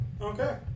Okay